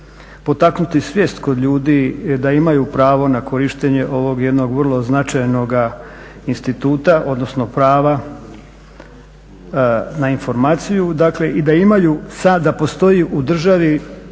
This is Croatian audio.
potaknuti svijest kod ljudi da imaju pravo na korištenje ovog jednog vrlo značajnoga instituta, odnosno prava na informaciju, dakle i da